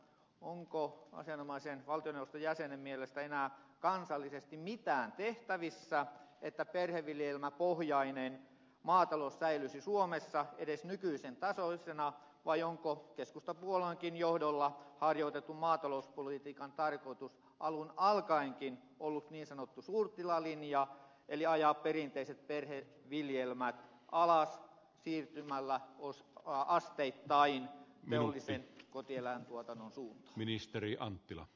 onko asianomaisen valtioneuvoston jäsenen mielestä enää kansallisesti mitään tehtävissä että perheviljelmäpohjainen maatalous säilyisi suomessa edes nykyisen tasoisena vai onko keskustapuolueenkin johdolla harjoitetun maatalouspolitiikan tarkoitus alun alkaenkin ollut niin sanottu suurtilalinja eli ajaa perinteiset perheviljelmät alas siirtymällä asteittain teollisen kotieläintuotannon suuntaan